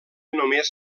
només